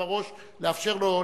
לא?